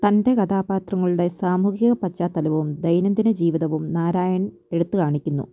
തൻ്റെ കഥാപാത്രങ്ങളുടെ സാമൂഹികപശ്ചാത്തലവും ദൈനംദിന ജീവിതവും നാരായൺ എടുത്തുകാണിക്കുന്നു